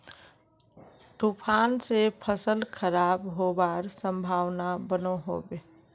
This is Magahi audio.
तूफान से फसल खराब होबार संभावना बनो होबे?